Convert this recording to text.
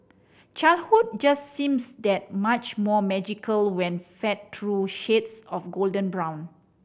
childhood just seems that much more magical when fed through shades of golden brown